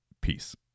Peace